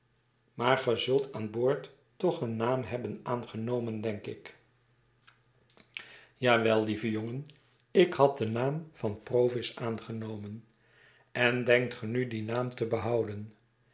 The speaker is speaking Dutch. maar ge zult aan boord toch een naam hebben aangenomen denk ik ja wel lieve jongen ik had den naam van provis aangenomen en denkt ge nu dien naam te behouden